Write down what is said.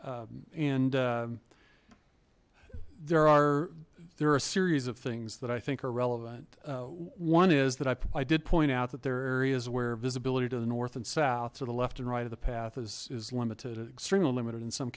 fire and there are there are a series of things that i think are relevant one is that i did point out that there are areas where visibility to the north and south so the left and right of the path is limited and extremely limited in some